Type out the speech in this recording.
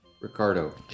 Ricardo